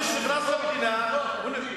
אני מבקש ממך, תגרש אותו.